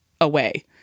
away